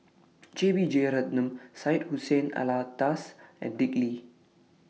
J B Jeyaretnam Syed Hussein Alatas and Dick Lee